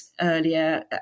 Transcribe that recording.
earlier